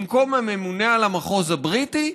במקום הממונה על המחוז הבריטי,